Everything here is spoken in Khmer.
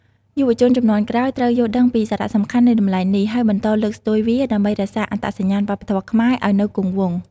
យុវជនជំនាន់ក្រោយត្រូវយល់ដឹងពីសារៈសំខាន់នៃតម្លៃនេះ ហើយបន្តលើកស្ទួយវាដើម្បីរក្សាអត្តសញ្ញាណវប្បធម៌ខ្មែរឲ្យនៅគង់វង្ស។